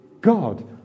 God